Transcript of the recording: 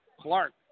Clark